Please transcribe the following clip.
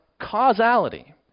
causality